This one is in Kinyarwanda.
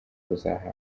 bazahabwa